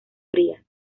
frías